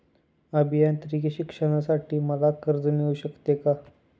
अभियांत्रिकी शिक्षणासाठी मला कर्ज मिळू शकते का?